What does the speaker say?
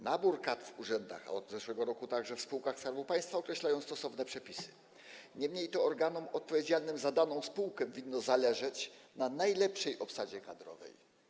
Nabór kadr w urzędach, a od zeszłego roku także w spółkach Skarbu Państwa, określają stosowne przepisy, niemniej to organom odpowiedzialnym za daną spółkę winno zależeć na najlepszej obsadzie kadrowej.